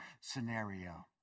scenario